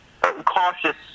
cautious